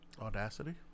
Audacity